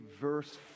verse